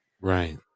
Right